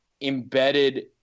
embedded